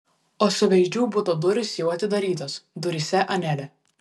o suveizdžių buto durys jau atidarytos duryse anelė